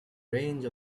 range